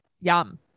Yum